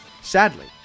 Sadly